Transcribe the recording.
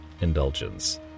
indulgence